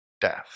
death